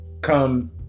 come